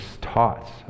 taught